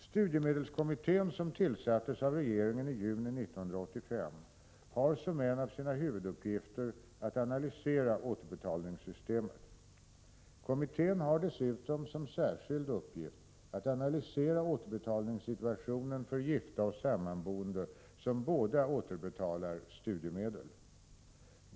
Studiemedelskommittén, som tillsattes av regeringen i juni 1985, har som en av sina huvuduppgifter att analysera återbetalningssystemet. Kommittén har dessutom som särskild uppgift att analysera återbetalningssituationen för gifta och sammanboende som båda återbetalar studiemedel.